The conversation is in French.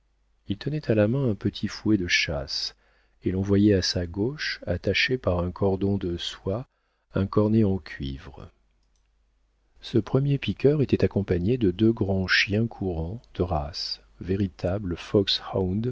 il tenait à la main un petit fouet de chasse et l'on voyait à sa gauche attaché par un cordon de soie un cornet de cuivre ce premier piqueur était accompagné de deux grands chiens courants de race véritables